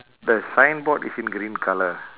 the signboard is in green colour